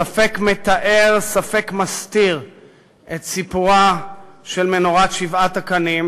ספק מתאר ספק מסתיר את סיפורה של מנורת שבעת הקנים,